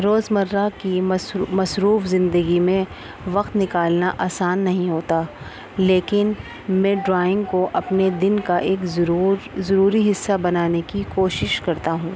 روز مرہ کی مصروف زندگی میں وقت نکالنا آسان نہیں ہوتا لیکن میں ڈرائنگ کو اپنے دن کا ایک ضروری حصہ بنانے کی کوشش کرتا ہوں